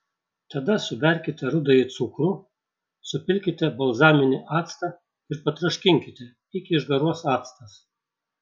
tada suberkite rudąjį cukrų supilkite balzaminį actą ir patroškinkite iki išgaruos actas